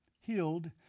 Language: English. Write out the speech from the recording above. healed